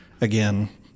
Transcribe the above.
again